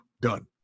done